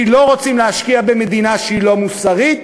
כי לא רוצים להשקיע במדינה שהיא לא מוסרית,